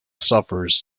sufferers